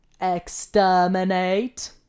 Exterminate